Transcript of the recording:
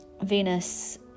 venus